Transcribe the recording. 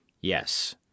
yes